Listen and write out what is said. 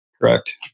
correct